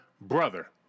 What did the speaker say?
brother